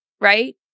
right